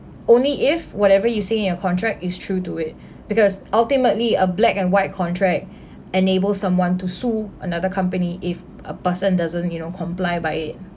only if whatever you say in your contract is true to it because ultimately a black and white contract enabled someone to sue another company if a person doesn't you know comply by it